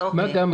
מה גם,